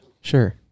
Sure